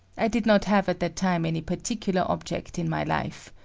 i did not have at that time any particular object in my life.